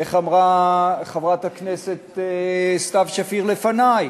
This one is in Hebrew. איך אמרה חברת הכנסת סתיו שפיר לפני?